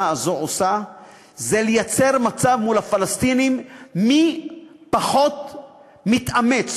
הזאת עושה זה לייצר מצב מול הפלסטינים מי פחות מתאמץ,